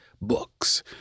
books